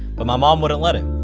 but my mom wouldn't let him.